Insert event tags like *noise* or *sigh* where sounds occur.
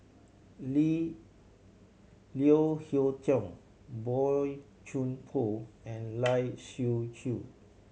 Leo *unintelligible* Hee Tong Boey Chuan Poh and Lai Siu Chiu